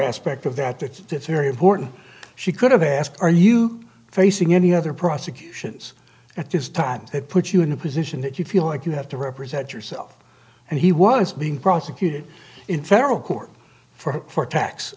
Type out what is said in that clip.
aspect of that it's very important she could have asked are you facing any other prosecutions at this time they put you in a position that you feel like you have to represent yourself and he was being prosecuted in federal court for